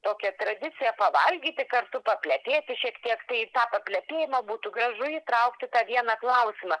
tokią tradiciją pavalgyti kartu paplepėti šiek tiek tai į tą paplepėjimą būtų gražu įtraukti tą vieną klausimą